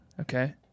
okay